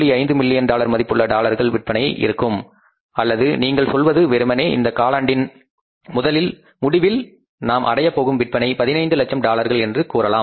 5 million dollar மதிப்புள்ள டாலர்கள் விற்பனை இருக்கும் அல்லது நீங்கள் சொல்வது வெறுமனே இந்த காலாண்டின் முடிவில் நாம் அடையப் போகும் விற்பனை 15 லட்சம் டாலர்கள் என்று கூறலாம்